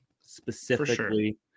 specifically